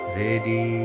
ready